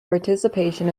participation